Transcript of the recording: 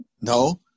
No